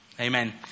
Amen